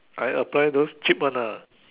I apply those cheap one ah